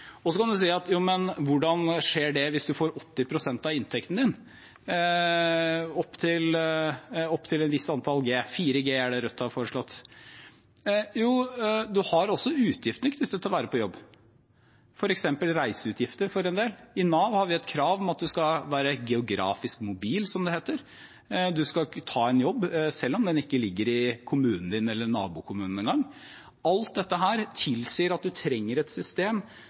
Så kan man spørre: Hvordan skjer det hvis man får 80 pst. av inntekten sin opp til et visst antall G? 4G er det Rødt foreslått. Man har også utgifter knyttet til å være på jobb, f.eks. reiseutgifter for en del. I Nav har vi et krav om at man skal være geografisk mobil, som det heter. Man skal ta en jobb selv om den ikke ligger i kommunen sin eller i nabokommunen. Alt dette tilsier at vi trenger et system